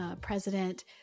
president